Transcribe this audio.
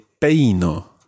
peino